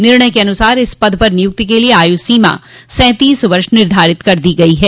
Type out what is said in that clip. निर्णय के अनुसार इस पद पर नियुक्ति के लिये आयु सीमा सैंतीस वर्ष निर्धारित कर दी गई है